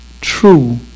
True